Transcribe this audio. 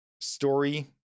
story